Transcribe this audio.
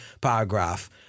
paragraph